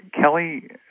Kelly